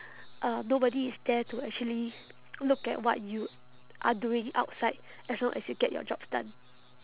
uh nobody is there to actually look at what you are doing outside as long as you get your jobs done